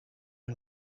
who